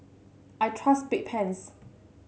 I trust Bedpans